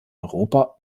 europa